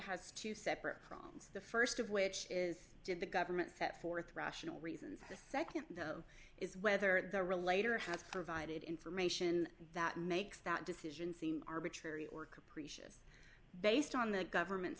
has two separate proms the st of which is did the government set forth rational reasons the nd though is whether they're related or have provided information that makes that decision seem arbitrary or caprice based on the government's